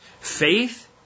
Faith